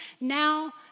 Now